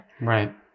Right